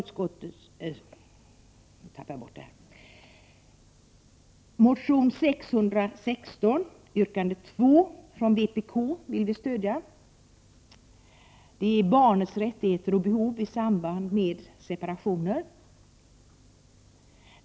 Också motion §0616 yrkande 2 från vpk vill vi stödja. Det gäller barnens rättigheter och behov i samband med separationer.